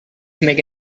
make